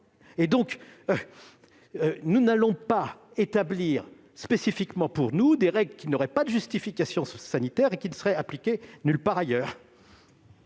privé. Nous n'allons donc pas établir spécifiquement pour nous des règles qui n'auraient pas de justification sanitaire et qui ne seraient appliquées nulle part ailleurs.